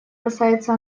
касается